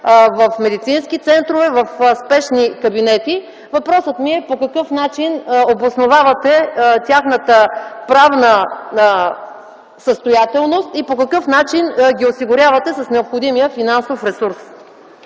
в медицински центрове, в спешни кабинети. Въпросът ми е: по какъв начин обосновавате тяхната правна състоятелност и по какъв начин ги осигурявате с необходимия финансов ресурс?